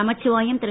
Namachivayam Thiru